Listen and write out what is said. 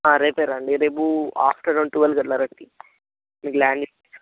రేపే రండి రేపు ఆఫ్టర్నూన్ టువెల్కి అట్లా రండి మీకు ల్యాండ్ చూపిస్తా